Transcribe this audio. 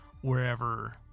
wherever